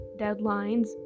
deadlines